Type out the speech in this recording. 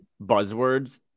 buzzwords